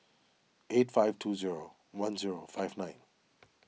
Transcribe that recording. eight five two zero one zero five nine